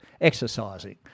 exercising